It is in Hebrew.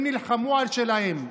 הם נלחמו על שלהם.